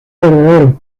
verdadero